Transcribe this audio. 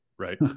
Right